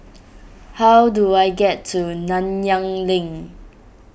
how do I get to Nanyang Link